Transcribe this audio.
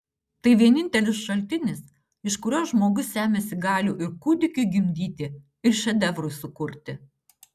tai vienintelis šaltinis iš kurio žmogus semiasi galių ir kūdikiui gimdyti ir šedevrui sukurti